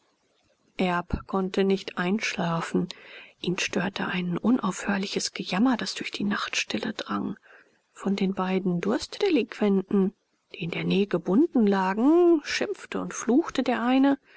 erb konnte nicht einschlafen ihn störte ein unaufhörliches gejammer das durch die nachtstille drang von den beiden durstdelinquenten die in der nähe gebunden lagen schimpfte und fluchte der eine